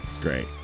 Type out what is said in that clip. Great